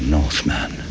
Northman